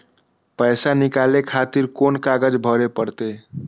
पैसा नीकाले खातिर कोन कागज भरे परतें?